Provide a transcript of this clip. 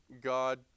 God